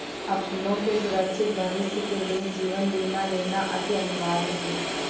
अपनों के सुरक्षित भविष्य के लिए जीवन बीमा लेना अति अनिवार्य है